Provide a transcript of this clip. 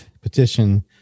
petition